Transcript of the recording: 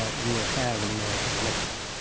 ah you will have an american elected.